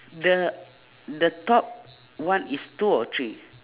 the the top one is two or three